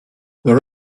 there